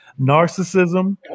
narcissism